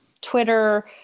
twitter